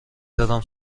زدم